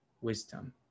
wisdom